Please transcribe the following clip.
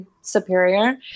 superior